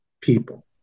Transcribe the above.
people